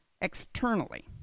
externally